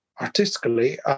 artistically